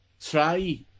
try